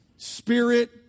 spirit